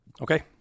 okay